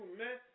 man